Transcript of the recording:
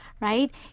Right